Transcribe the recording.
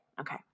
Okay